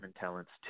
talents